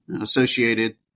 associated